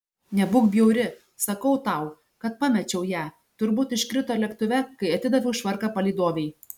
nebūk bjauri sakau tau kad pamečiau ją turbūt iškrito lėktuve kai atidaviau švarką palydovei